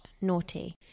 naughty